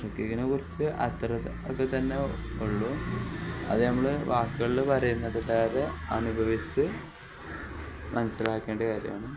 ട്രക്കിങ്ങിനെ കുറിച്ചു അത്രയൊക്കെ തന്നെ ഉള്ളു അത് നമ്മൾ വാക്കുകളിൽ പറയുന്നത് കൂടാതെ അനുഭവിച്ചു മനസ്സിലാക്കേണ്ട കാര്യമാണ്